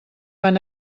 van